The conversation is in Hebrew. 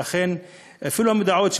אפילו מודעות,